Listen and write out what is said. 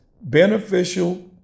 beneficial